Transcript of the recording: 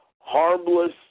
harmless